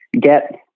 get